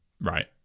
right